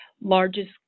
largest